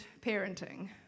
parenting